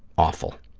awful.